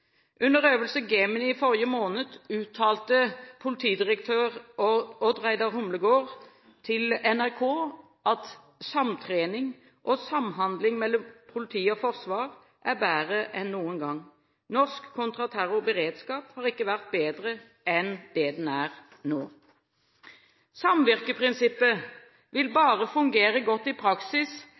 Under øvelse Gemini i forrige måned uttalte politidirektør Odd Reidar Humlegård til NRK at samtrening og samhandling mellom politi og forsvar er bedre enn noen gang. Norsk kontraterrorberedskap har ikke vært bedre enn det den er nå. Samvirkeprinsippet vil bare fungere godt i praksis